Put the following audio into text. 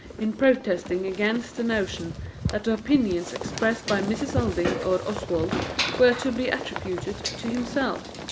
in protesting against the notion that the opinions expressed by mrs. alving or oswald were to be attributed to himself.